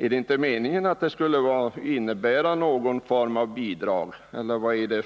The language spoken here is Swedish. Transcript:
Är det inte meningen att det skall innebära någon form av bidrag, eller vad är det